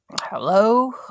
hello